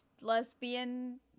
lesbian